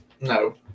No